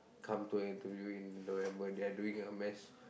come to a interview in November they're doing a mass